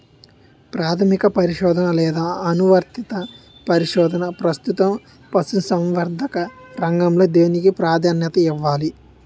ప్రాథమిక పరిశోధన లేదా అనువర్తిత పరిశోధన? ప్రస్తుతం పశుసంవర్ధక రంగంలో దేనికి ప్రాధాన్యత ఇవ్వాలి?